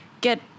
get